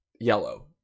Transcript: yellow